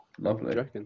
lovely